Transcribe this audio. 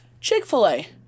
Chick-fil-A